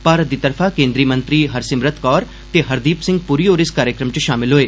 भारत दी तरफा केन्द्री मंत्री हरसिमरत कौर ते हरदीप सिंह पुरी होर इस कार्यक्रम च शामिल होए